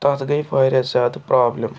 تتھ گٔے واریاہ زیادٕ پرٛابلم